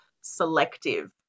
selective